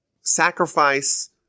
sacrifice